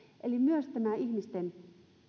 eli myös tässä ihmisten